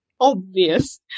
obvious